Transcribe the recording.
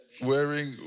wearing